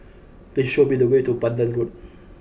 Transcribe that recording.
please show me the way to Pandan Road